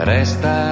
Resta